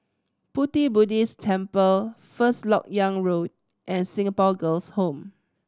Pu Ti Buddhist Temple First Lok Yang Road and Singapore Girls' Home